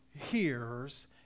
hears